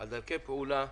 דרכי פעולה,